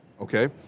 okay